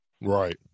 Right